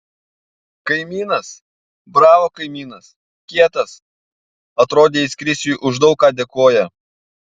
kaimynas bravo kaimynas kietas atrodė jis krisiui už daug ką dėkoja